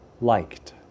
liked